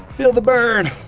feel the burn.